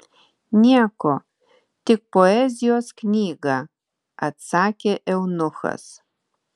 nieko tik poezijos knygą atsakė eunuchas